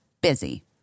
busy